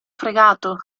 fregato